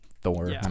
Thor